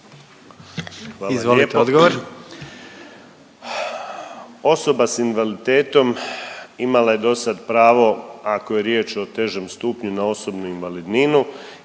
Hvala lijepo. Osoba s invaliditetom imala je dosad pravo, ako je riječ o težem stupnju, na osobnu invalidninu,